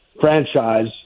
franchise